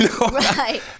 right